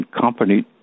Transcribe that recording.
Company